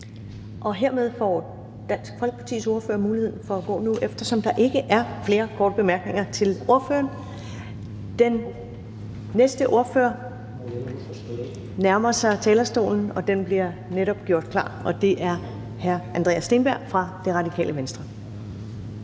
Hermed får Dansk Folkepartis ordfører muligheden for at gå nu, eftersom der ikke er flere korte bemærkninger til ordføreren. Den næste ordfører nærmer sig talerstolen, og den bliver netop gjort klar, og det er hr. Andreas Steenberg fra Radikale Venstre.